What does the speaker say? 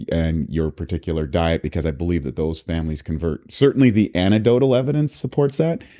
and your particular diet because i believe that those families convert. certainly the anecdotal evidence supports that,